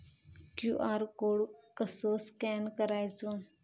QR code कसो scan करायचो?